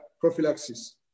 prophylaxis